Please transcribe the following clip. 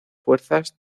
fuerzas